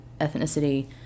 ethnicity